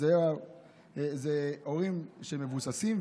אלה הורים שהם מבוססים.